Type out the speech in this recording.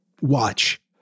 watch